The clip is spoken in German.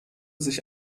sich